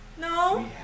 No